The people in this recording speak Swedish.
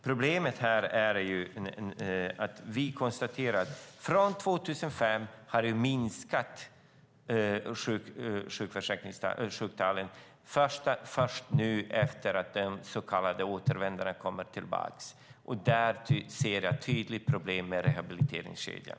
Problemet är att sjuktalen efter 2005 har minskat först nu, efter att de så kallade återvändarna kommit tillbaka. Där ser jag tydliga problem med rehabiliteringskedjan.